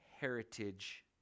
heritage